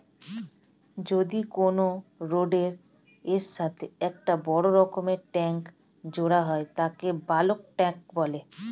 যদি কোনো রডের এর সাথে একটা বড় রকমের ট্যাংক জোড়া হয় তাকে বালক ট্যাঁক বলে